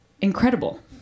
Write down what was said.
Incredible